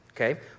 Okay